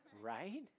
right